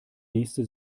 nächste